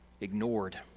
ignored